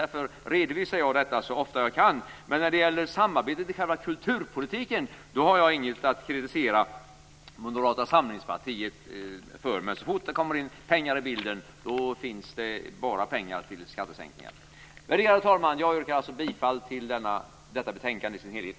Därför redovisar jag detta så ofta jag kan. När det gäller samarbetet i själva kulturpolitiken har jag inget att kritisera Moderata samlingspartiet för. Men så fort det kommer pengar in i bilden så finns det bara pengar till skattesänkningar. Värderade talman! Jag yrkar alltså bifall till hemställan i detta betänkande i dess helhet.